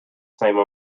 same